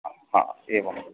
आम् हा एवम्